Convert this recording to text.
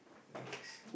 next